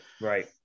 right